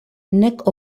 nek